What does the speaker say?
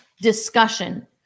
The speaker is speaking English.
discussion